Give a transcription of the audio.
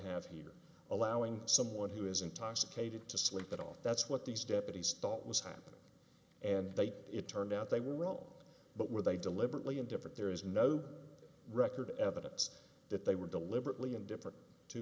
have here allowing someone who is intoxicated to sleep at all that's what these deputies thought was happening and they it turned out they were wrong but were they deliberately indifferent there is no record evidence that they were deliberately indifferent to